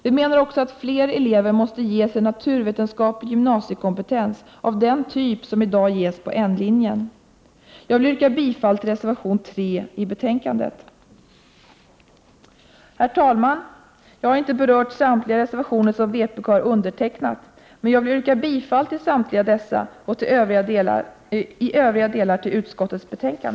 Vi menar också att fler elever måste ges en naturvetenskaplig gymnasiekompetens av den typ som i dag ges på N-linjen. 7n Jag yrkar bifall till reservation nr 3 i betänkandet. Herr talman! Jag har inte berört samtliga de reservationer som vpk har undertecknat. Men jag vill yrka bifall till dessa och i övriga delar till utbildningsutskottets hemställan.